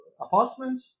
apartment